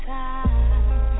time